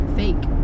fake